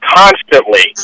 constantly